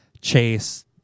chase